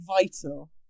vital